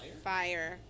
fire